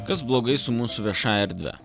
kas blogai su mūsų viešąja erdve